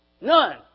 none